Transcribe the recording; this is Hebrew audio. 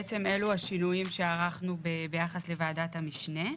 בעצם אלו השינויים שערכנו ביחס לוועדת המשנה.